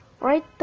Right